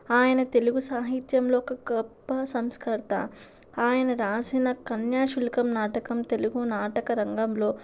ఆయన తెలుగు సాహిత్యంలో ఒక గొప్ప సంస్కర్త ఆయన రాసిన కన్యాశుల్కం నాటకం తెలుగు నాటక రంగంలో